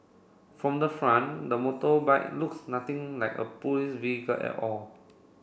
from the front the motorbike looks nothing like a police vehicle at all